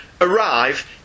arrive